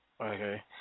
Okay